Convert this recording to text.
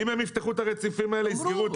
אם הם יפתחו את הרציפים האלה, יסגרו אותם.